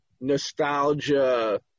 nostalgia